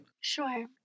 Sure